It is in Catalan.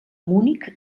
munic